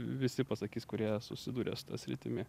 visi pasakys kurie susiduria su ta sritimi